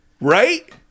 right